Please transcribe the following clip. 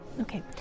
okay